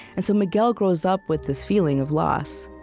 and so miguel grows up with this feeling of loss